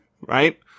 right